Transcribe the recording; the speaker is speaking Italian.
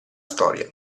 storia